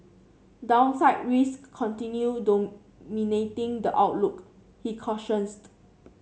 downside risk continue dominating the outlook he